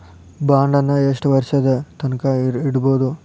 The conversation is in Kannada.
ಬಾಂಡನ್ನ ಯೆಷ್ಟ್ ವರ್ಷದ್ ತನ್ಕಾ ಇಡ್ಬೊದು?